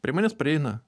prie manęs prieina